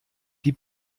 die